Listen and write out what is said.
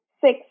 six